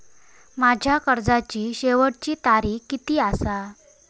माझ्या कर्जाची शेवटची तारीख किती आसा?